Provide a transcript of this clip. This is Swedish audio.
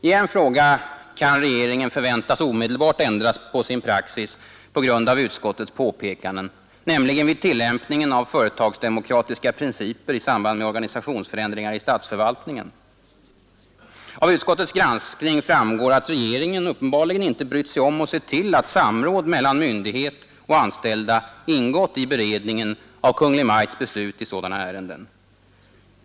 I en fråga kan regeringen förväntas omedelbart ändra sin praxis på grund av utskottets påpekande, nämligen vid tillämpningen av företagsdemokratiska principer i samband med organisationsförändringar i statsförvaltningen. Av utskottets granskning framgår att regeringen uppenbarligen inte brytt sig om att se till att samråd mellan myndighet och anställda ingått i beredningen av Kungl. Maj:ts beslut i sådana ärenden.